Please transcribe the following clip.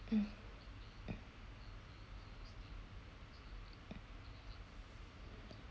mm